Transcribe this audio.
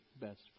best